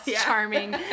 charming